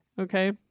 Okay